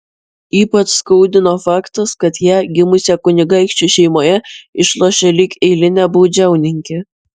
ypač skaudino faktas kad ją gimusią kunigaikščių šeimoje išlošė lyg eilinę baudžiauninkę